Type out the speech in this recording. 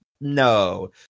no